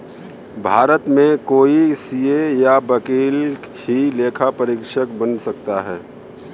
भारत में कोई सीए या वकील ही लेखा परीक्षक बन सकता है